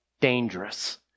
dangerous